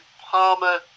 Palmer